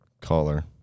caller